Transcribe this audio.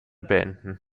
beenden